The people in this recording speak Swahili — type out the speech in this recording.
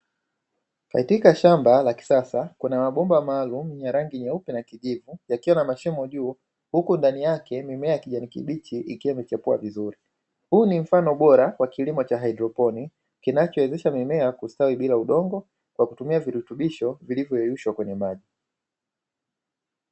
Katika shamba la kisasa kuna mabomba maalumu yenye rangi nyeupe na kijivu, yakiwa na mshimo juu huku ndani yake mimea ya kijani kibichi ikiwa imechipua vizuri, huu ni mfano bora wa kilimo cha haidroponi kinachowezesha mimea kustawi bila udongo kwa kutumia virutubisho vilivyoyeyushwa kwenye maji.